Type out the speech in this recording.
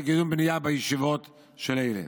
לקידום בנייה ביישובים של אלה.